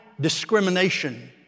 discrimination